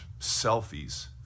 selfies